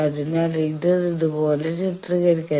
അതിനാൽ ഇത് ഇതുപോലെ ചിത്രീകരിക്കാം